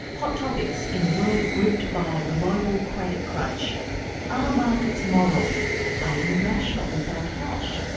hot topics in a world gripped by a global credit crunch. are markets moral? are we rational with our cash?